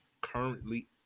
currently